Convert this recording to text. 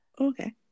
Okay